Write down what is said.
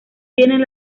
tienen